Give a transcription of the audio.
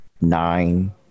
nine